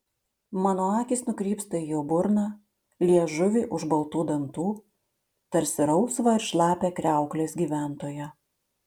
mano akys nukrypsta į jo burną liežuvį už baltų dantų tarsi rausvą ir šlapią kriauklės gyventoją